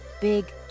big